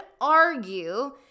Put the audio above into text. argue